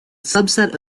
subset